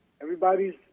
Everybody's